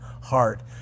heart